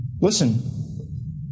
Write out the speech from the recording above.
Listen